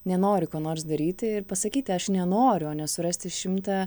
nenori ko nors daryti ir pasakyti aš nenoriu o ne surasti šimtą